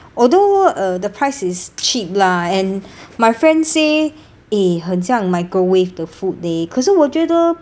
although uh the price is cheap lah and my friends say eh 很像 microwave 的 food leh 可是我觉得